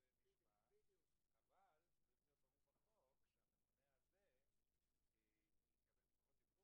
חברת ההסעות היא השירות